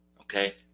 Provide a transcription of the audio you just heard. okay